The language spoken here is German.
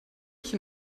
ich